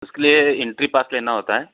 उसके लिए entry pass लेना होता है